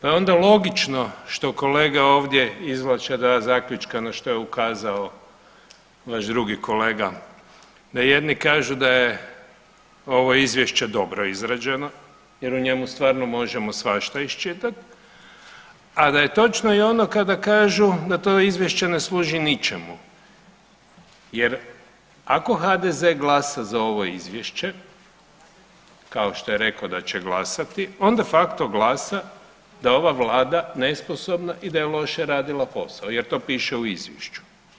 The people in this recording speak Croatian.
Onda logično što kolega ovdje izvlače dva zaključka na što je ukazao vaš drugi kolega da jedni kažu da je ovo izvješće dobro izrađeno jer u njemu stvarno možemo svašta iščitati, a da je točno i ono kada kažu da to izvješće ne služi ničemu jer ako HDZ-e glasa za ovo izvješće kao što je rekao da će glasati onda facto … da je ova Vlada nesposobna i da je loše radila posao jer to piše u izvješću.